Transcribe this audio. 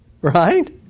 Right